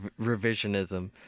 revisionism